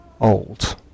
old